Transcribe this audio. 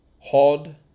Hod